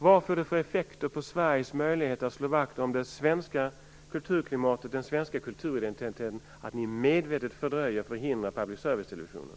Vad får det för effekter på Sveriges möjligheter att slå vakt om det svenska kulturklimatet, den svenska kulturtätheten att ni medvetet förhindrar public service-televisionen?